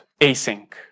async